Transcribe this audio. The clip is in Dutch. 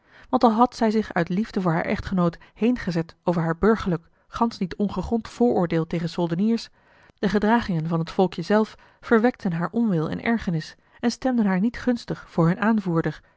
want al had zij zich uit liefde voor haar echtgenoot heengezet over haar burgerlijk gansch niet ongegrond vooroordeel tegen soldeniers de gedragingen van het volkje zelf verwekten haar onwil en ergernis en stemden haar niet gunstig voor hun aanvoerder